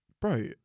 Bro